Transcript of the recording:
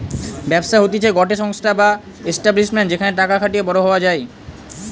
ব্যবসা হতিছে গটে সংস্থা বা এস্টাব্লিশমেন্ট যেখানে টাকা খাটিয়ে বড়ো হওয়া যায়